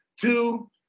Two